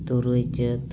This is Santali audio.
ᱛᱩᱨᱩᱭ ᱪᱟᱹᱛ